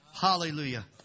Hallelujah